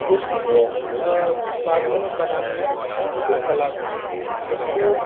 उसकी जो बनाने कि जो कला थी उसको